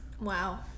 wow